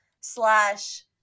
Slash